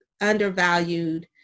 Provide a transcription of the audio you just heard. undervalued